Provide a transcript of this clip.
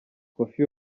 koffi